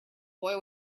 boy